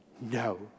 No